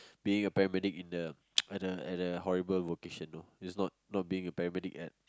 being a paramedic in the at the at the horrible vocation no it's not not being a paramedic at